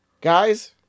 guys